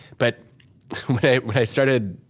but when i started,